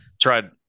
tried